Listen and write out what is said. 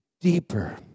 deeper